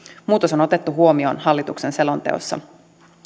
muutos on otettu huomioon hallituksen selonteossa